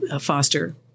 foster